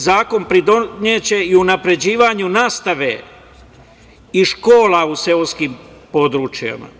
Zakon će pridoneti i unapređivanju nastave i škola u seoskim područjima.